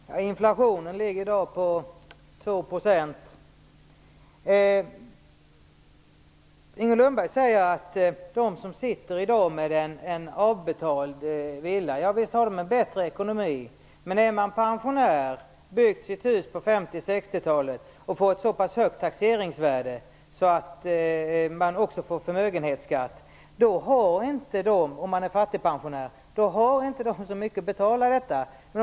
Fru talman! Inflationen ligger i dag på 2 %. Inger Lundberg säger att de som sitter med en avbetald villa har en bättre ekonomi. Visst är det så. Men är man fattigpensionär, har byggt sitt hus på 50-60-talet och får ett så pass högt taxeringsvärde att man också får förmögenhetsskatt har man inte så mycket att betala detta med.